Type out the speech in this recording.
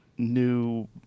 new